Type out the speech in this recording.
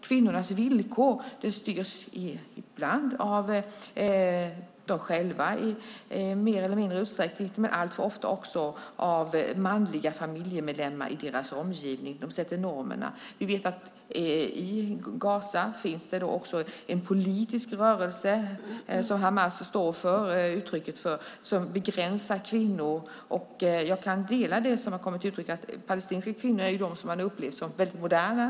Kvinnornas villkor styrs ibland av dem själva i större eller mindre utsträckning, men alltför ofta också av manliga familjemedlemmar i deras omgivning som sätter normerna. I Gaza finns det också en politisk rörelse som begränsar kvinnor. Hamas är ett exempel. Jag kan dela den uppfattning som kommit till uttryck att palestinska kvinnor är de som man har upplevt som väldigt moderna.